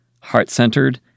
heart-centered